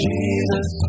Jesus